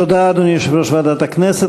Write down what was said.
תודה, אדוני יושב-ראש ועדת הכנסת.